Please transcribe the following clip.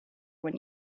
when